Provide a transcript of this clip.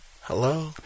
Hello